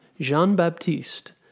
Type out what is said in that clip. Jean-Baptiste